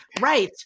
Right